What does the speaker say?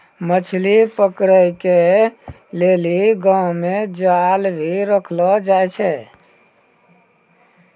मछली पकड़े के लेली गांव मे जाल भी रखलो जाए छै